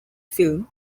film